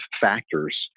factors